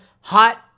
hot